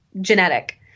genetic